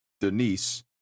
Denise